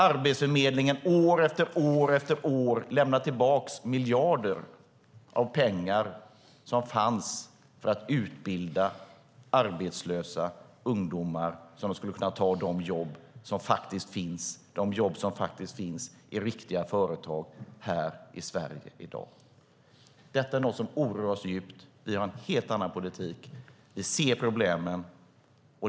Arbetsförmedlingen lämnar år efter år tillbaka miljarder av de pengar som fanns för att utbilda arbetslösa ungdomar som skulle ta de jobb som faktiskt finns i riktiga företag i Sverige i dag. Detta är något som oroar oss djupt. Vi för en helt annan politik. Vi ser problemen.